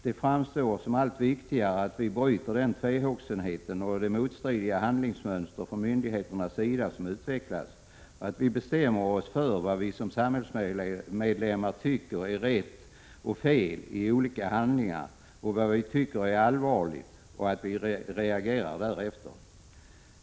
Det framstår som allt viktigare att vi bryter den tvehågsenhet och det motstridiga handlingsmönster från myndigheternas sida som utvecklas, att vi bestämmer oss för vad vi som samhällsmedlemmar tycker är rätt och fel i olika handlingar och vad vi tycker är allvarligt samt att vi reagerar därefter.